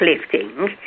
lifting